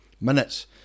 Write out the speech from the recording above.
minutes